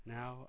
now